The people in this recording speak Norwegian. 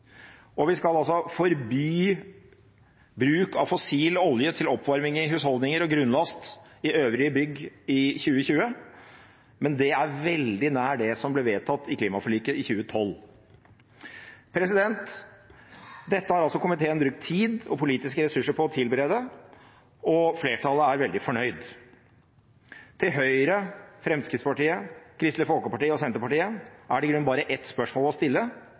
og vi skal altså forby bruk av fossil olje til oppvarming i husholdninger og grunnlast i øvrige bygg i 2020. Men det er veldig nær det som ble vedtatt i klimaforliket i 2012. Dette har altså komiteen brukt tid og politiske ressurser på å tilberede, og flertallet er veldig fornøyd. Til Høyre, Fremskrittspartiet, Kristelig Folkeparti og Senterpartiet er det i grunnen bare ett spørsmål å stille: